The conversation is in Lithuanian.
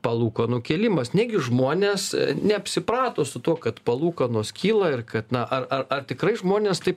palūkanų kėlimas negi žmonės neapsiprato su tuo kad palūkanos kyla ir kad na ar ar ar tikrai žmonės taip